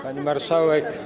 Pani Marszałek!